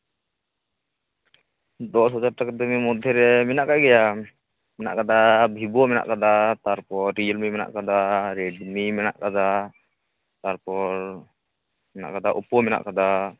ᱫᱚᱥ ᱦᱟᱡᱟᱨ ᱴᱟᱠᱟ ᱫᱟᱢᱤ ᱢᱚᱫᱽᱫᱷᱮᱨᱮ ᱢᱮᱱᱟᱜ ᱠᱟᱜ ᱜᱮᱭᱟ ᱢᱮᱱᱟᱜ ᱠᱟᱫᱟ ᱵᱷᱤᱵᱳ ᱢᱮᱱᱟᱜ ᱠᱟᱫᱟ ᱛᱟᱨᱯᱚᱨ ᱨᱤᱭᱮᱞᱢᱤ ᱢᱮᱱᱟᱜ ᱠᱟᱫᱟ ᱨᱮᱰᱢᱤ ᱢᱮᱱᱟᱜ ᱠᱟᱫᱟ ᱛᱟᱨᱯᱚᱨ ᱢᱮᱱᱟᱜ ᱠᱟᱫᱟ ᱚᱯᱳ ᱢᱮᱱᱟᱜ ᱠᱟᱫᱟ